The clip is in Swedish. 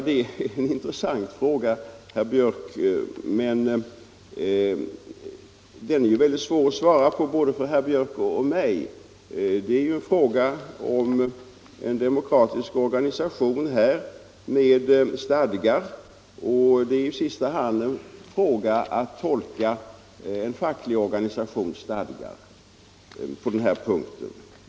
Det är en intressant fråga, herr Björck, men det är svårt att svara på den — både för herr Björck och för mig. Det är nämligen här fråga om en demokratisk organisation med egna stadgar, och det är ju i sista hand en fråga om att tolka en facklig organisations stadgar på den punkten.